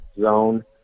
zone